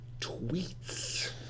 tweets